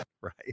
Right